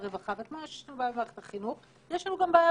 הרווחה וכמו שיש לנו בעיה במערכת החינוך יש לנו גם בעיה